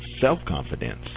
self-confidence